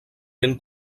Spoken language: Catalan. ben